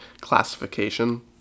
classification